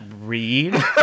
read